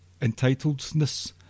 entitledness